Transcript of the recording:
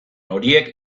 horiek